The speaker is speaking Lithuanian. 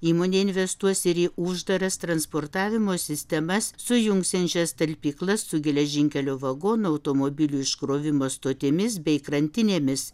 įmonė investuos ir į uždaras transportavimo sistemas sujungsiančias talpyklas su geležinkelio vagonų automobilių iškrovimo stotimis bei krantinėmis